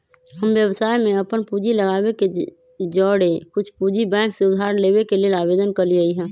हम व्यवसाय में अप्पन पूंजी लगाबे के जौरेए कुछ पूंजी बैंक से उधार लेबे के लेल आवेदन कलियइ ह